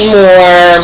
more